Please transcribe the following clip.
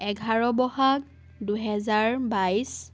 এঘাৰ ব'হাগ দুহেজাৰ বাইছ